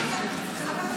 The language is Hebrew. אחרי זה.